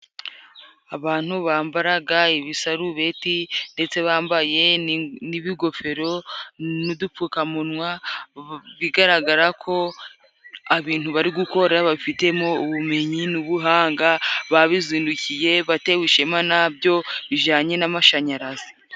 Abantu bambaraga ibisarubeti ndetse bambaye n'ibigofero n'udupfukamunwa, bigaragara ko abintu bari gukora babifitemo ubumenyi n'ubuhanga babizindukiye, batewe ishema nabyo, bijanye n'amashanyarazi.